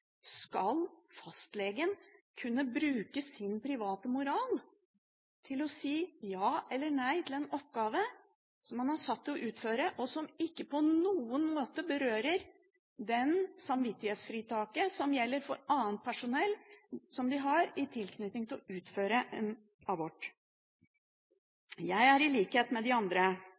Skal fastlegen kunne bruke sin private moral til å si ja eller nei til en oppgave som han er satt til å utføre, og som ikke på noen måte berører det samvittighetsfritaket som gjelder annet personell, som de har i tilknytning til å utføre en abort? Jeg er i likhet med de andre